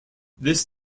this